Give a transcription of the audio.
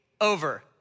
over